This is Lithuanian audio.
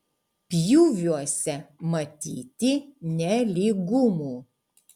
pjūviuose matyti nelygumų